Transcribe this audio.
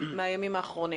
לב איפה הם.